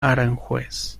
aranjuez